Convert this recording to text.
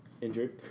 injured